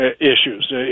issues